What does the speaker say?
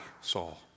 Saul